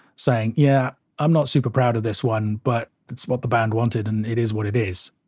saying, yeah, i'm not super proud of this one, but that's what the band wanted, and it is what it is.